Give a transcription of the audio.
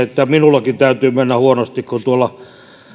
että minullakin täytyy mennä huonosti kun tuolla